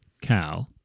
cow